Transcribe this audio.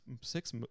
six